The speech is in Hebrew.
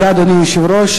אדוני היושב-ראש,